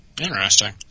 Interesting